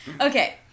Okay